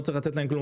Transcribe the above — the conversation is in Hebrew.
לא צריך לתת כלום,